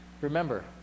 remember